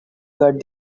got